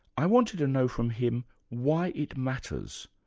i wanted to know from him why it matters.